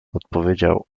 odpowiedział